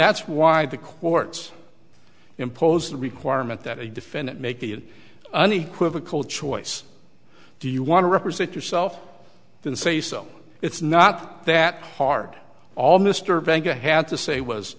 that's why the quartz impose the requirement that a defendant making an unequivocal choice do you want to represent yourself then say so it's not that hard all mr vanka had to say was